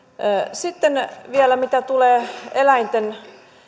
sitten vielä mitä tulee eläinten